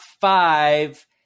five